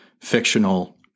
fictional